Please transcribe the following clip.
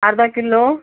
अर्धा किलो